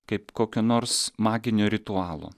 kaip kokio nors maginio ritualo